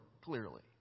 clearly